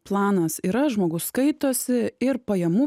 planas yra žmogus skaitosi ir pajamų